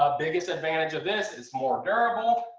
biggest advantage of this is more durable.